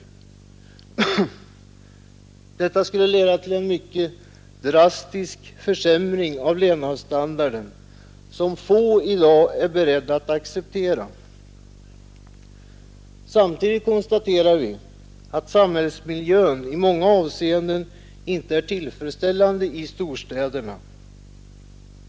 Detta skulle leda till en mycket drastisk försämring av levnadsstandarden som få i dag är beredda att acceptera. Samtidigt konstaterar vi att samhällsmiljön i många avseenden inte är tillfredsställande i storstäderna.